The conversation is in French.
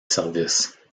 service